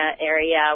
area